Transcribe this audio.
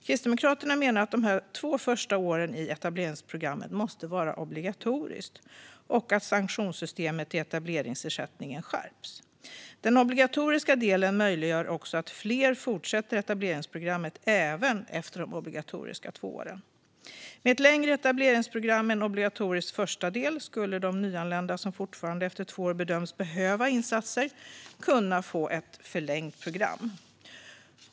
Kristdemokraterna menar att de två första åren i etableringsprogrammet måste vara obligatoriska och att sanktionssystemet i etableringsersättningen ska skärpas. Den obligatoriska delen möjliggör också att fler fortsätter etableringsprogrammet även efter de obligatoriska två åren. Med ett längre etableringsprogram med en obligatorisk första del skulle de nyanlända som fortfarande efter två år bedöms behöva insatser få ett förlängt program.